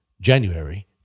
January